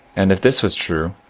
and if this was true,